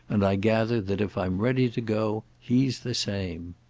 and i gather that if i'm ready to go he's the same.